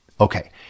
Okay